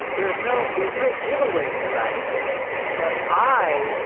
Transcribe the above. there's no there's no giveaway tonight but i,